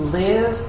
live